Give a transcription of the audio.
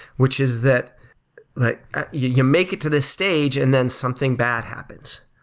which is that that you make it to this stage and then something bad happens.